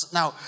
Now